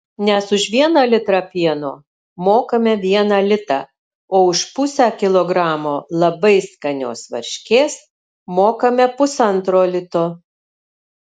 nes už vieną litrą pieno mokame vieną litą o už pusę kilogramo labai skanios varškės mokame pusantro lito